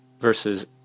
versus